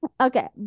okay